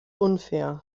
unfair